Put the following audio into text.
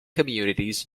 communities